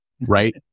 right